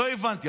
לא הבנתי,